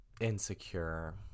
insecure